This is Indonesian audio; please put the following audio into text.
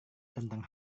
tentang